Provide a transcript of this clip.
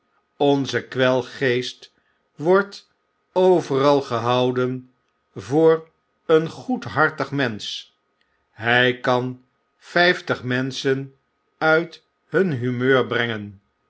onze kwelgeest wordt overal gehoudenvoor een goedhartig mensch hij kan vyftig menschen uit hun humeur brengen